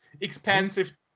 expensive